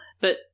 but-